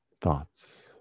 thoughts